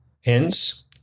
Hence